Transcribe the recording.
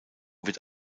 wird